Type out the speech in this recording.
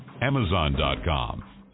Amazon.com